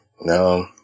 no